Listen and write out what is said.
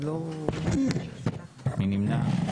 מי נמנע?